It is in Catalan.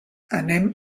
anem